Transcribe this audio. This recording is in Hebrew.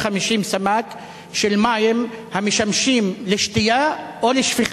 סמ"ק של מים המשמשים לשתייה או לשפיכה.